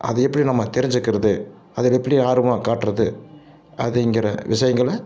அது எப்படி நம்ம தெரிஞ்சிக்கிறது அது எப்படி ஆர்வம் காட்டுறது அதேங்கிற விஷயங்களை